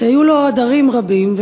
שהיו לו עדרים רבים.